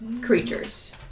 creatures